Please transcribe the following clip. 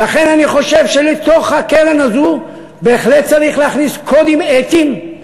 ולכן אני חושב שלתוך הקרן הזו בהחלט צריך להכניס קודים אתיים,